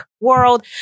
world